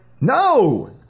No